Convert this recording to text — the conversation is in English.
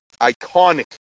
Iconic